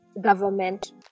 government